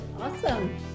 Awesome